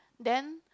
then